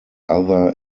other